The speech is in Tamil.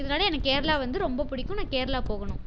இதனால் எனக்கு கேரளா வந்து ரொம்பப் பிடிக்கும் நான் கேரளா போகணும்